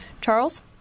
Charles